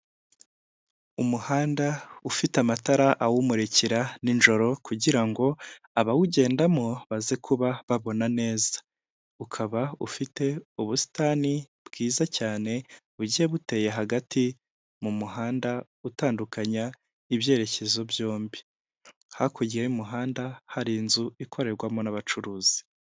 Umuhanda ufite amatara awumurikira nijoro kugira ngo abawugendamo baze kuba babona neza ukaba ufite ubusitani bwiza cyane bugiye buteye hagati mu muhanda utandukanya ibyerekezo byombi, hakurya y'umuhanda hari inzu ikorerwamo n'abacuruzi.